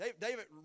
David